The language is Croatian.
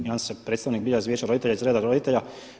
Jedan se predstavnik bira iz vijeća roditelja, iz reda roditelja.